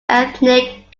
ethnic